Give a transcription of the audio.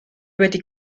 wedi